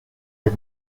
les